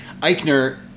Eichner